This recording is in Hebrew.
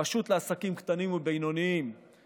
ירושלים, הכנסת, שעה 11:00 תוכן העניינים שאילתות